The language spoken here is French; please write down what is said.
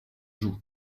joue